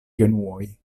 genuoj